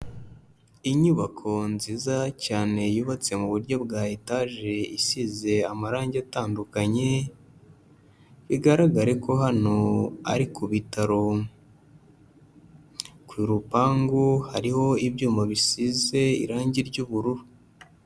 Inyubako nziza cyane yubatse mu buryo bwa etaje isize amarangi atandukanye bigaragare ko hano ari ku bitaro. Ku rupangu hariho ibyuma bisize irangi ry'ubururu.